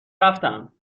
رفتم